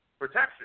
Protection